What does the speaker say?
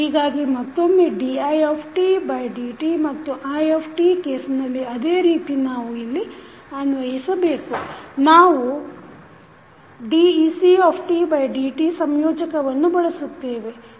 ಹೀಗಾಗಿ ಮತ್ತೊಮ್ಮೆ didt ಮತ್ತು i ಕೇಸ್ನಲ್ಲಿ ಅದೇ ರೀತಿ ನಾವು ಇಲ್ಲಿ ಅನ್ವಯಿಸಬೇಕು ನಾವು decdt ಸಂಯೋಜಕವನ್ನು ಬಳಸುತ್ತೇವೆ